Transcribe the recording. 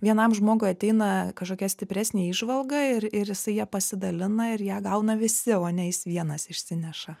vienam žmogui ateina kažkokia stipresnė įžvalga ir ir jisai ja pasidalina ir ją gauna visi o ne jis vienas išsineša